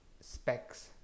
specs